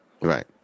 Right